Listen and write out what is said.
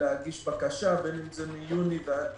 להגיש בקשה, בין אם זה מיוני עד